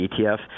ETF